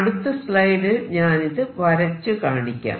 അടുത്ത സ്ലൈഡിൽ ഞാനിത് വരച്ചു കാണിക്കാം